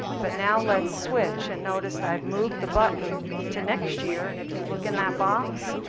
but now let's switch. and notice, i've moved the button to next year. and if you look in that box,